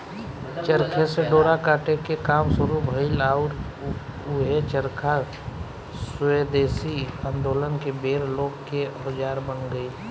चरखे से डोरा काटे के काम शुरू भईल आउर ऊहे चरखा स्वेदेशी आन्दोलन के बेर लोग के औजार बन गईल